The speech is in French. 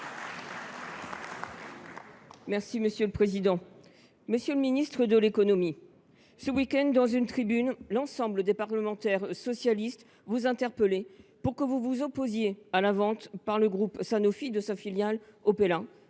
et Républicain. Monsieur le ministre de l’économie, ce week end, dans une tribune, l’ensemble des parlementaires socialistes vous interpellaient pour que vous vous opposiez à la vente par le groupe Sanofi de sa filiale Opella,